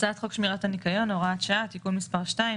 הצעת חוק שמירת הניקיון (הוראת שעה) (תיקון מס' 2),